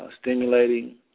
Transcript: stimulating